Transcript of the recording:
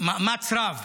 מאמץ רב